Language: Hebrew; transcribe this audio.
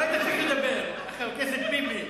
לא היית צריך לדבר, חבר הכנסת ביבי.